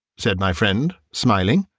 said my friend, smiling.